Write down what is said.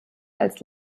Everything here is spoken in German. als